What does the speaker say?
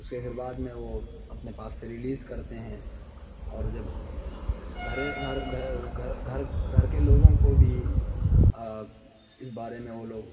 اسے پھر بعد میں وہ اپنے پاس سے ریلیز کرتے ہیں اور جب گھرے گھر گھے گھر گھر گھر کے لوگوں کو بھی اس بارے میں وہ لوگ